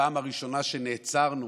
הפעם הראשונה שנעצרנו,